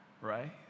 right